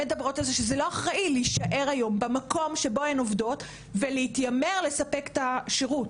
שזה לא אחראי להישאר היום במקום שבו הן עובדות ולהתיימר לספק את השירות,